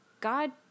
God